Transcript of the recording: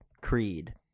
Creed